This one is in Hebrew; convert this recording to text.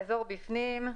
האזור בפנים,